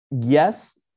yes